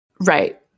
Right